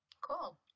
Cool